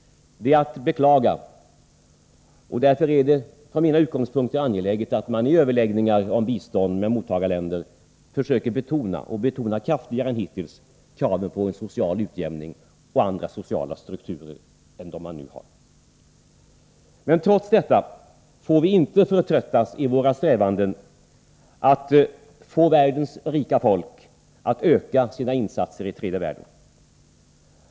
Det är att beklaga, och därför är det från mina utgångspunkter angeläget att man i överläggningar om bistånd med mottagarländer försöker betona — och betona kraftigare än hittills — kraven på en social utjämning och andra sociala strukturer än de som dessa länder nu har. Men trots detta får vi inte förtröttas i våra strävanden att få världens rika folk att öka sina insatser i tredje världen.